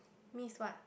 means what